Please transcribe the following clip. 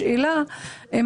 השאלה אם